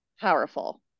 powerful